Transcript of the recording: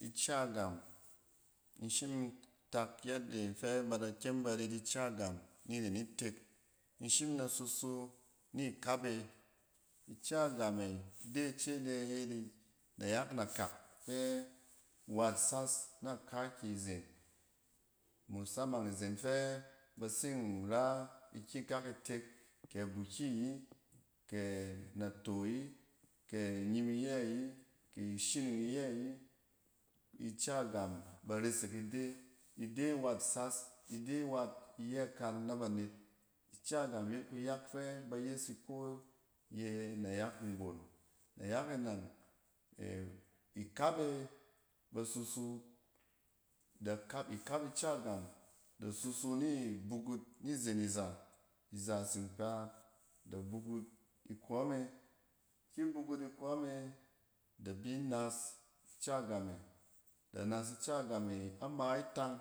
Ica gam, in shim in tak yadde fe ba da kyem ba ret ica gam ni ren itek. In shim in da susu ni ikap e. I ca game, ide ce de yet i nayak nakak fɛ wat sas na kaaky, zen. Musamang izen fɛ bat sin ra ikyi ikak itek kɛ abuki ayi kɛ nato ayi, kɛ nnyim iyɛ yi ki ishining iyɛ yi. Ica gam ba resek ide, ide wat sas, ide wat iyɛ kan na banet. Ica gam yet ikyɛng fɛ ba yes ide yɛ nayak nggon. Nayak e nang, ɛ-ikap e basusu, da kap, ikap ica gam da susu ni bukut ni zen iza. Iza tsin kpa da bukut ikↄ me, ki bukut ikↄme da bi nas ica gam e, da nas ica gam e ama itang,